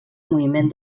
moviment